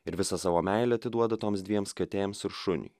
ir visą savo meilę atiduoda toms dviems katėms ir šuniui